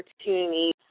opportunities